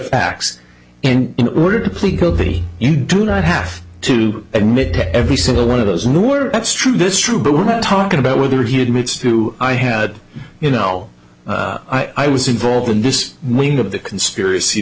facts and in order to plead guilty you do not have to admit to every single one of those nor that's true this is true but we're not talking about whether he admits to i had you know i was involved in this wing of the conspiracy